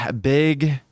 big